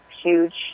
huge